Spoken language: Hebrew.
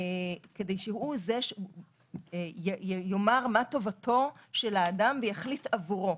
שהוא זה שיאמר מה טובתו של האדם ויחליט עבורו.